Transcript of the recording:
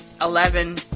Eleven